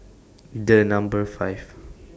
The Number five